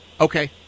Okay